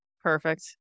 perfect